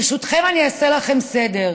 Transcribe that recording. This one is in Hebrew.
ברשותכם, אני אעשה לכם סדר: